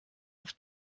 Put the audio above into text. auf